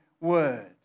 word